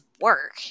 work